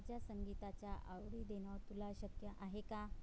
माझ्या संगीताच्या आवडी देणं तुला शक्य आहे का